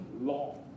law